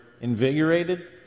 invigorated